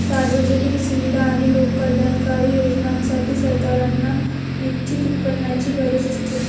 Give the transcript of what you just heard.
सार्वजनिक सुविधा आणि लोककल्याणकारी योजनांसाठी, सरकारांना निश्चित उत्पन्नाची गरज असते